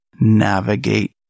navigate